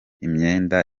imyenda